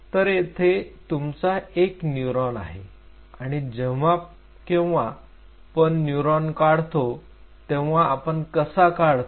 तर येथे तुमचा एक न्यूरॉन आहे आणि जेव्हा केव्हा पण न्यूरॉन काढतो तेव्हा आपण कसा काढतो